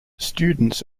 students